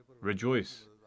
rejoice